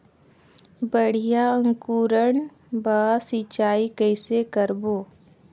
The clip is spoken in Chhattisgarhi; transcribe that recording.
बढ़िया अंकुरण बर सिंचाई कइसे करबो?